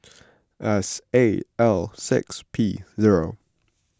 S A L six P zero